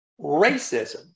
racism